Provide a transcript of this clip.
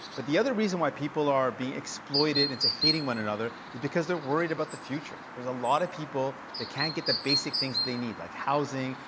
but the other reason why people are being exploited into hating one another is because they're worried about the future. there's a lot of people that can't get the basic things they need like housing,